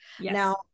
Now